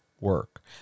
work